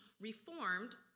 Reformed